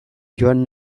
joan